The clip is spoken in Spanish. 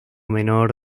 menor